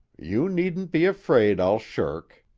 you needn't be afraid i'll shirk.